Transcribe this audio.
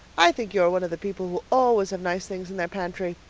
i think you are one of the people who always have nice things in their pantry,